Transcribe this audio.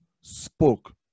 spoke